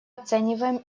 оцениваем